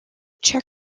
czech